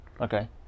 Okay